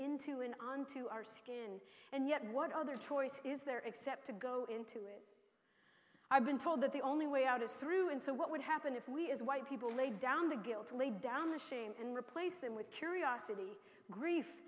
into an on to our skin and yet what other choice is there except to go into it i've been told that the only way out is through and so what would happen if we as white people lay down the guilt to lay down the shame and replace them with curiosity grief